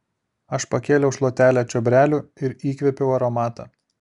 aš pakėliau šluotelę čiobrelių ir įkvėpiau aromatą